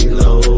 low